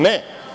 Ne?